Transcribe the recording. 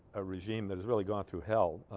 a regime that is really gone through hell ah.